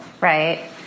right